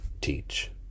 teach